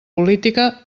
política